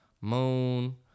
Moon